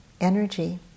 energy